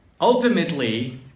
ultimately